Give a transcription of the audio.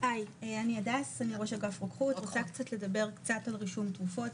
אני ראש אגף רוקחות רוצה לדבר על רישום תרופות.